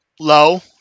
low